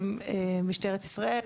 משטרת ישראל,